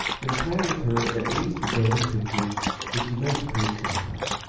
and planned with her at least a dozen pictures which he meant to paint some time.